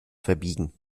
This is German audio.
verbiegen